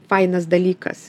fainas dalykas